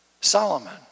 Solomon